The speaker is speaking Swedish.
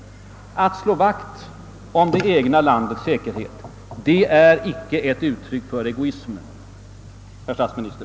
Att slå vakt om det egna landets säkerhet är då icke ett uttryck för egoism, herr statsminister.